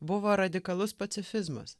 buvo radikalus pacifizmas